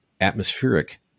atmospheric